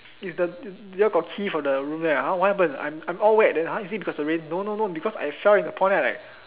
is the you all got key for the room there not !huh! what happen I'm I'm all wet then !huh! is it because of the rain no no no because I fell in the pond then I like